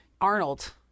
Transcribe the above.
Arnold